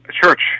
church